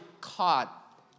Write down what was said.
caught